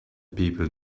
people